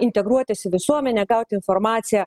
integruotis į visuomenę gauti informaciją